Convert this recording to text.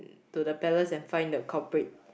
to the palace and find the culprit